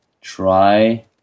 try